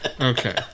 Okay